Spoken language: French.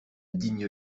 digne